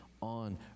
on